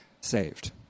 saved